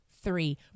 three